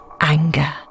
anger